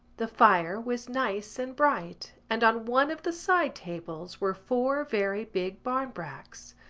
the fire was nice and bright and on one of the side-tables were four very big barmbracks.